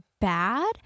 bad